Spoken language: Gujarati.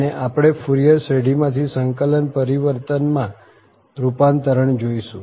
અને આપણે ફુરિયર શ્રેઢીમાંથી સંકલન પરિવર્તનમાં રૂપાંતરણ જોઈશું